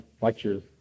lectures